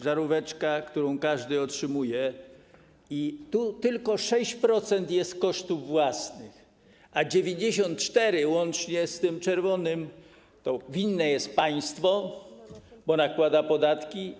Żaróweczka, którą każdy otrzymuje - tu jest tylko 6% kosztów własnych, a 94%, łącznie z tym czerwonym, winne jest państwo, bo nakłada podatki.